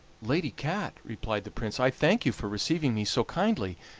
lady cat, replied the prince, i thank you for receiving me so kindly,